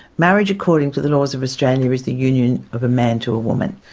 marriage according to the laws of australia is the union of a man to a woman.